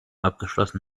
abgeschlossen